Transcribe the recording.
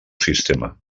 sistema